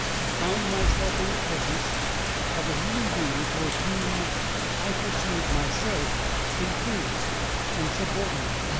i found myself in the presence of a human being towards whom i perceived myself inferior and subordinate,